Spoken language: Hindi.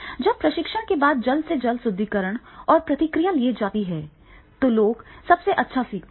जब प्रशिक्षण के बाद जल्द से जल्द सुदृढीकरण और प्रतिक्रिया ली जाती है तो लोग सबसे अच्छा सीखते हैं